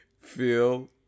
Phil